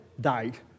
died